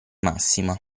massima